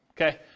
okay